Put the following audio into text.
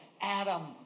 Adam